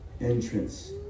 Entrance